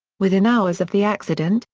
within hours of the accident,